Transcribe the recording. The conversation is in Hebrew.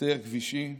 מצייר כבישים,